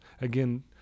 again